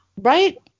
right